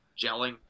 gelling